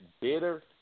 bitter